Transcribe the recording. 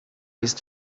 ist